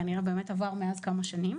כנראה באמת עברו מאז כמה שנים.